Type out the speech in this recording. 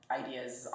ideas